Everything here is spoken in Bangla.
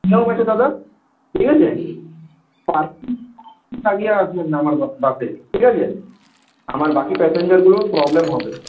দাদা ঠিক আছে দাঁড়িয়ে আসবেন না আমার বাসে ঠিক আছে আমার বাকি প্যাসেঞ্জারগুলোর প্রবলেম হবে